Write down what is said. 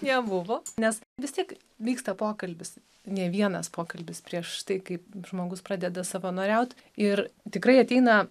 nebuvo nes vis tiek vyksta pokalbis ne vienas pokalbis prieš tai kaip žmogus pradeda savanoriaut ir tikrai ateina